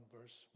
verse